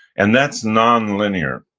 and that's nonlinear.